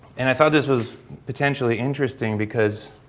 and i thought this was potentially interesting because